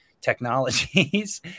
technologies